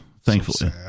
Thankfully